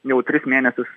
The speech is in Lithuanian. jau tris mėnesius